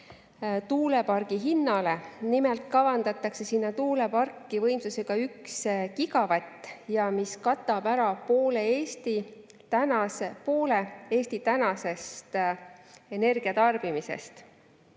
tuulepargi hinnale. Nimelt kavandatakse sinna tuuleparki võimsusega 1 gigavatt, mis katab ära poole Eesti tänasest energiatarbimisest.